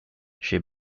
she